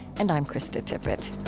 and i'm krista tippett